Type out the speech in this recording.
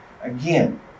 Again